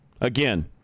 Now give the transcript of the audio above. Again